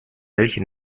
welche